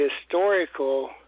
historical